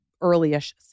early-ish